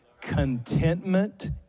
Contentment